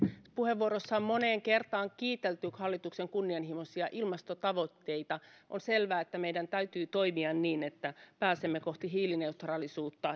on moneen kertaan kiitelty hallituksen kunnianhimoisia ilmastotavoitteita on selvää että meidän täytyy toimia niin että pääsemme kohti hiilineutraalisuutta